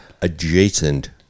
adjacent